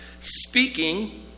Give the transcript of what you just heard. speaking